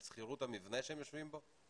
על שכירות המבנה שהם יושבים בו?